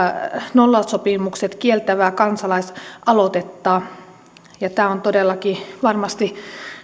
nollasopimukset kieltävää kansalaisaloitetta tämä on todellakin varmasti